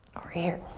or here.